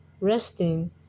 resting